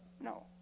No